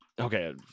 Okay